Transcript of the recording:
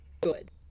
good